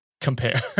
compare